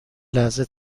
لحظه